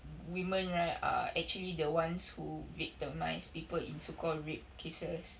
women right are actually the ones who victimise people in so called rape cases